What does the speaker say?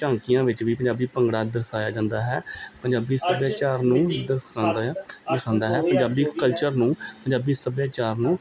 ਝਾਂਕੀਆਂ ਵਿੱਚ ਵੀ ਪੰਜਾਬੀ ਭੰਗੜਾ ਦਰਸਾਇਆ ਜਾਂਦਾ ਹੈ ਪੰਜਾਬੀ ਸੱਭਿਆਚਾਰ ਨੂੰ ਦਰਸਾਉਂਦਾ ਆ ਦਰਸਾਉਂਦਾ ਹੈ ਪੰਜਾਬੀ ਕਲਚਰ ਨੂੰ ਪੰਜਾਬੀ ਸੱਭਿਆਚਾਰ ਨੂੰ